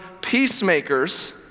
peacemakers